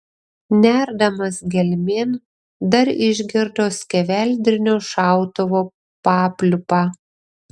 nerdamas gelmėn dar išgirdo skeveldrinio šautuvo papliūpą